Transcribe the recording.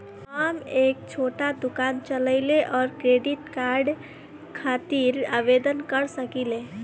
हम एक छोटा दुकान चलवइले और क्रेडिट कार्ड खातिर आवेदन कर सकिले?